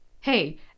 hey